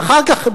ואחר כך,